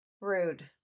rude